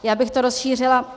Já bych to rozšířila.